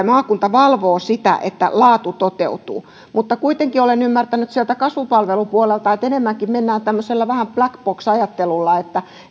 maakunta valvoo sitä että laatu toteutuu mutta kuitenkin olen ymmärtänyt sieltä kasvupalvelupuolelta että enemmänkin mennään tämmöisellä vähän black box ajattelulla että